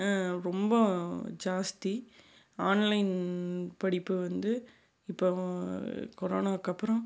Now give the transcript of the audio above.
ரொம்ப ஜாஸ்த்தி ஆன்லைன் படிப்பு வந்து இப்போ கொரோனாக்கப்புறோம்